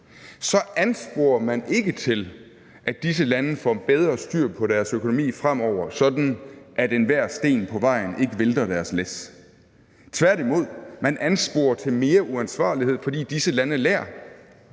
så ansporer man ikke til, at disse lande får bedre styr på deres økonomi fremover, sådan at enhver sten på vejen ikke vælter deres læs. Tværtimod ansporer man til mere uansvarlighed, fordi disse lande lærer,